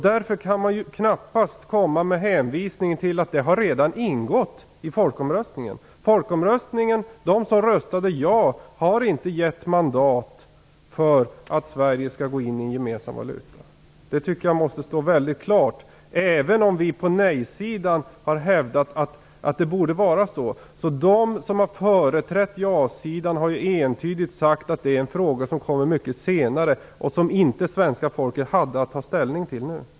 Därför går det knappast att hänvisa till att den frågan redan har ingått i folkomröstningen. De som röstade ja har inte gett mandat för att Sverige skall gå in i en gemensam valutaunion. Det måste framgå klart. Vi på nej-sidan har hävdat att det borde vara så. Men de som har företrätt ja-sidan har entydigt sagt att det är en fråga som skall klaras ut senare och som det svenska folket inte hade att ta ställning till nu.